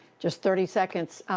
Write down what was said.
just thirty seconds.